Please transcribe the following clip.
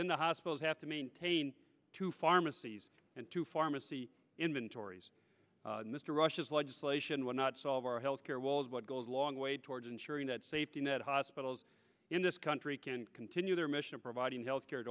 then the hospitals have to maintain two pharmacies and two pharmacy inventories mr rush's legislation will not solve our health care was what goes a long way towards ensuring that safety net hospitals in this country can continue their mission of providing health care